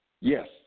Yes